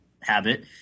habit